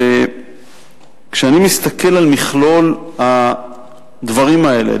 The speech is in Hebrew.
כשאני מסתכל על מכלול הדברים האלה,